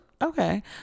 okay